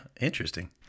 interesting